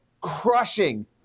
crushing